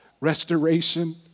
restoration